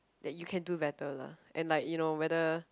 that you can do better lah and like you know whether